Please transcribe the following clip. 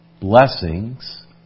blessings